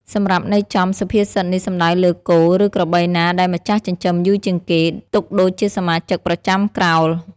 សម្រាប់ន័យចំ សុភាសិតនេះសំដៅលើ គោ ឬក្របីណាដែលម្ចាស់ចិញ្ចឹមយូរជាងគេ ទុកដូចជាសមាជិកប្រចាំក្រោល។